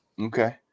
Okay